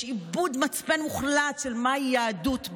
יש איבוד מצפן מוחלט של מהי יהדות,